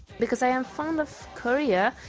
because i am fond of korea,